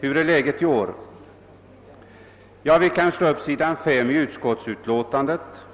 Hur ter sig läget i år? Vi kan slå upp s. 5 i utskottsutlåtandet.